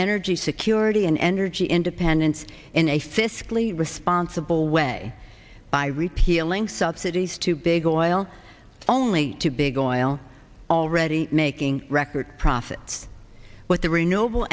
energy security and energy independence in a fiscally responsible way by repealing subsidies to big oil only to big oil already making record profits with the renewable